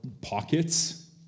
pockets